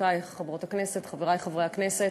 חברותי חברות הכנסת, חברי חברי הכנסת,